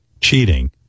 cheating